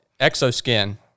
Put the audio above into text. Exoskin